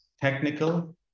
Technical